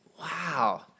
Wow